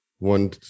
one